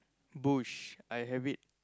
bush I have it